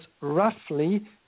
roughly